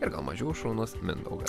ir mažiau šaunus mindaugas